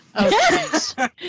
Yes